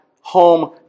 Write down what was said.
home